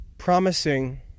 Promising